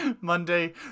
Monday